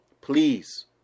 Please